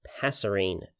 passerine